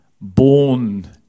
born